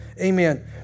amen